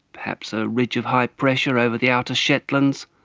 perhaps a ridge of high pressure over the outer shetlands,